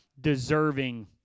deserving